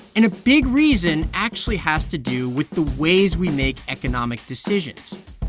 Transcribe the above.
and a big reason actually has to do with the ways we make economic decisions.